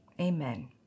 Amen